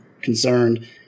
concerned